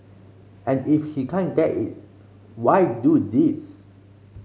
and if he can't get it why do this